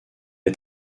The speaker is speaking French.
est